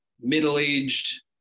middle-aged